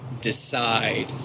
decide